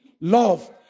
love